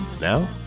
Now